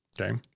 Okay